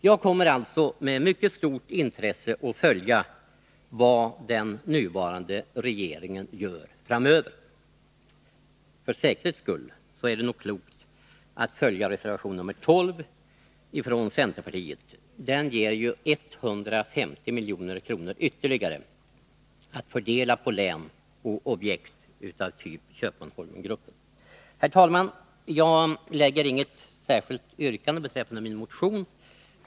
Jag kommer alltså med mycket stort intresse att följa vad den nuvarande regeringen gör framöver. För säkerhets skull är det nog klokt att stödja reservation nr 12 från centerpartiet. Den ger ju 150 milj.kr. ytterligare att fördela på län och objekt av typ Köpmanholmengruppen. Herr talman! Jag framlägger inget särskilt yrkande beträffande min motion.